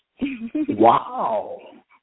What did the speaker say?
Wow